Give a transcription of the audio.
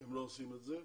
הם לא עושים את זה.